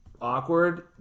awkward